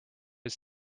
his